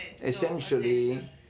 Essentially